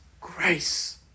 grace